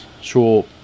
Sure